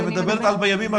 היא מדברת על הימים הקרובים,